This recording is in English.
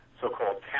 so-called